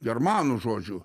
germanų žodžiu